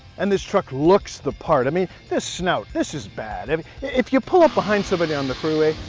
and this truck looks the part. i mean this snout this is bad and if you pull up behind somebody on the freeway,